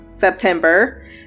september